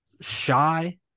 shy